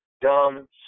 dumb